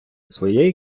своєї